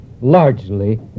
largely